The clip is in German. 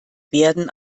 werden